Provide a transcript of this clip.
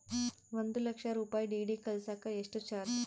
ಒಂದು ಲಕ್ಷ ರೂಪಾಯಿ ಡಿ.ಡಿ ಕಳಸಾಕ ಎಷ್ಟು ಚಾರ್ಜ್?